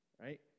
right